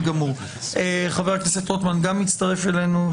חבר הכנסת רוטמן מצטרף אלינו.